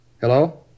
Hello